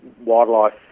wildlife